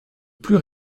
plus